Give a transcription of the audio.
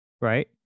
right